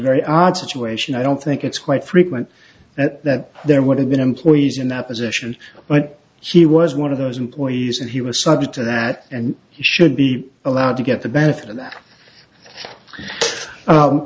very odd situation i don't think it's quite frequent that there would have been employees in that position but she was one of those employees and he was subject to that and should be allowed to get the benefit of that